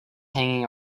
hanging